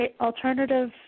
alternative